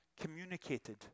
communicated